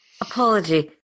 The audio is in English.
Apology